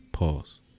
Pause